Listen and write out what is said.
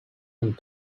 and